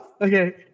Okay